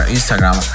Instagram